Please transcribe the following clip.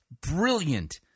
brilliant